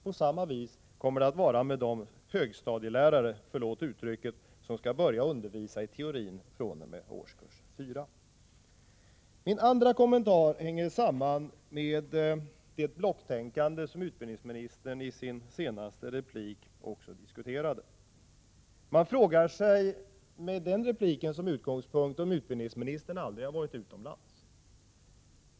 På samma sätt kommer det att vara med de högstadielärare — förlåt uttrycket — som i teorin skall börja undervisa fr.o.m. årskurs 4. Min andra kommentar hänger samman med det blocktänkande som utbildningsministern i sitt senaste inlägg talade om. Med den repliken som utgångspunkt kan man fråga sig om utbildningsministern aldrig har varit utomlands.